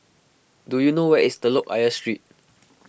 do you know where is Telok Ayer Street